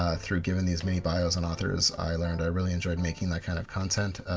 ah through giving these mini-bios on authors i learned i really enjoyed making that kind of content,